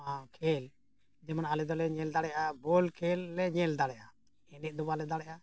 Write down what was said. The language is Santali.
ᱠᱷᱮᱞ ᱡᱮᱢᱚᱱ ᱟᱞᱮ ᱫᱚᱞᱮ ᱧᱮᱞ ᱫᱟᱲᱮᱭᱟᱜᱼᱟ ᱵᱚᱞ ᱠᱷᱮᱞ ᱞᱮ ᱧᱮᱞ ᱫᱟᱲᱮᱭᱟᱜᱼᱟ ᱮᱱᱮᱡ ᱫᱚ ᱵᱟᱞᱮ ᱫᱟᱲᱮᱭᱟᱜᱼᱟ